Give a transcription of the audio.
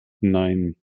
nine